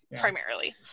Primarily